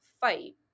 fight